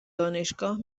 دانشگاه